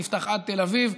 נפתח עד תל אביב,